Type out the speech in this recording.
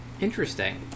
Interesting